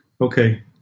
Okay